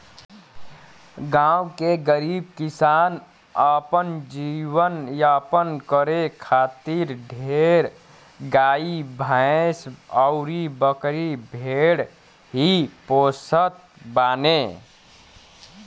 गांव के गरीब किसान अपन जीवन यापन करे खातिर ढेर गाई भैस अउरी बकरी भेड़ ही पोसत बाने